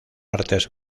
artes